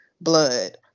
blood